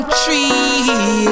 tree